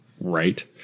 Right